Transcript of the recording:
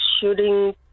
shooting